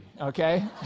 okay